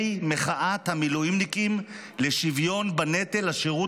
ואני מקריא: "ממובילי מחאת המילואימניקים לשוויון בנטל השירות